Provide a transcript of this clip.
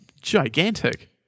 gigantic